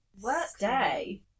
stay